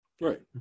Right